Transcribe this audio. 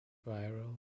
viral